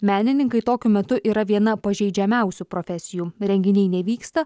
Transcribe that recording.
menininkai tokiu metu yra viena pažeidžiamiausių profesijų renginiai nevyksta